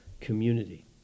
community